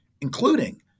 including